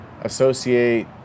associate